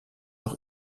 auch